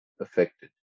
affected